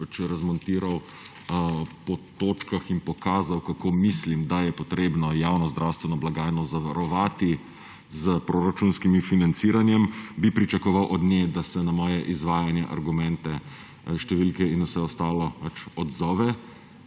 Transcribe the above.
in sem jih razmontiral po točkah in pokazal, kako mislim, da je treba javno zdravstveno blagajno zavarovati s proračunskim financiranjem, bi pričakoval od nje, da se na moje izvajanje, argumente, številke in vse ostalo odzove